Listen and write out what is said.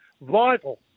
Vital